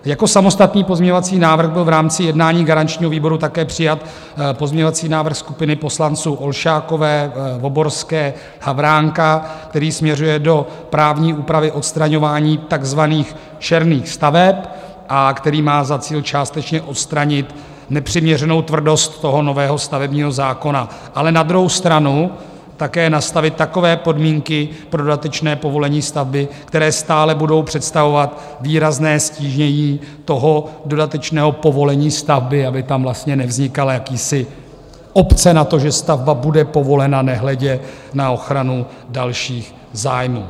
Jako samostatný pozměňovací návrh byl v rámci jednání garančního výboru také přijat pozměňovací návrh skupiny poslanců Olšákové, Voborské, Havránka, který směřuje do právní úpravy odstraňování takzvaných černých staveb a který má za cíl částečně odstranit nepřiměřenou tvrdost nového stavebního zákona, na druhou stranu také nastavit takové podmínky pro dodatečné povolení stavby, které stále budou představovat výrazné ztížení dodatečného povolení stavby, aby tam vlastně nevznikala jakási opce na to, že stavba bude povolena, nehledě na ochranu dalších zájmů.